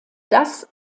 das